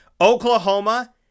Oklahoma